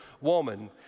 woman